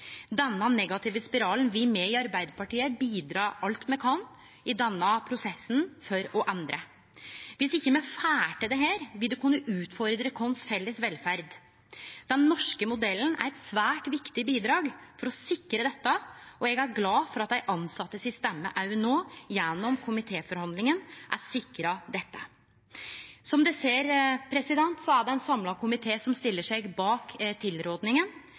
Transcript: Denne negative spiralen vil me i Arbeidarpartiet bidra alt me kan i denne prosessen for å endre. Viss me ikkje får til dette, vil det kunne utfordre vår felles velferd. Den norske modellen er eit svært viktig bidrag for å sikre dette, og eg er glad for at dei tilsette si stemme òg no, gjennom komitéforhandlinga, er sikra. Som ein ser, er det ein samla komité som stiller seg bak